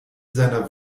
seiner